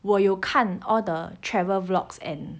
我有看 all the travel blogs and